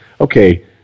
okay